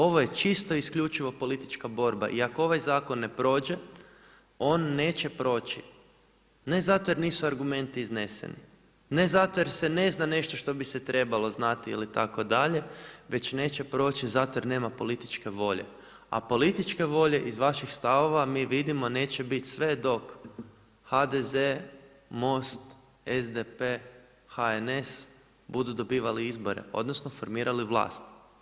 Ovo je čisto isključivo politička borba i ako ovaj zakon ne prođe on neće proći ne zato jer nisu argumenti izneseni, ne zato jer se ne zna nešto što bi se trebalo znati itd., već neće proći zato jer nema političke volje, a političke volje iz vaših stavova mi vidimo neće biti sve dok HDZ-e, Most, SDP-e, HNS budu dobivali izbore odnosno formirali vlast.